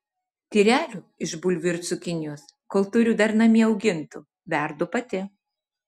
tyrelių iš bulvių ir cukinijos kol turiu dar namie augintų verdu pati